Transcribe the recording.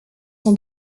son